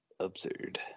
Absurd